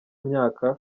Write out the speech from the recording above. myaka